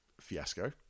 fiasco